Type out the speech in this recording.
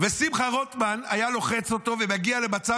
ושמחה רוטמן היה לוחץ אותו ומגיע למצב